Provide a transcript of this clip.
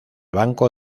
banco